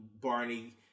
Barney